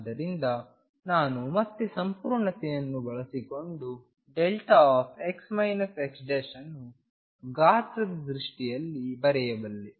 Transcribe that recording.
ಆದ್ದರಿಂದ ನಾನು ಮತ್ತೆ ಸಂಪೂರ್ಣತೆಯನ್ನು ಬಳಸಿಕೊಂಡು x xಅನ್ನು ಗಾತ್ರದ ದೃಷ್ಟಿಯಿಂದ ಬರೆಯಬಲ್ಲೆ